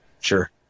sure